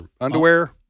underwear